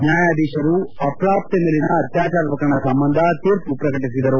ನ್ಯಾಯಾಧೀಶರು ಅಪ್ರಾಪ್ತೆ ಮೇಲಿನ ಅತ್ಯಾಚಾರ ಪ್ರಕರಣ ಸಂಬಂಧ ತೀರ್ಮ ಪ್ರಕಟಿಸಿದರು